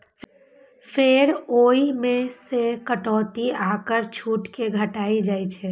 फेर ओइ मे सं कटौती आ कर छूट कें घटाएल जाइ छै